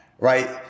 Right